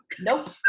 nope